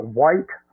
white